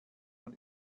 man